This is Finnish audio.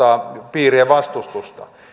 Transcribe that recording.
piirin vastustusta